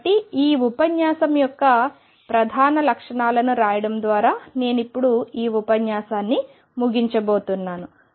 కాబట్టి ఈ ఉపన్యాసం యొక్క ప్రధాన లక్షణాలను రాయడం ద్వారా నేను ఇప్పుడు ఈ ఉపన్యాసాన్ని ముగించబోతున్నాను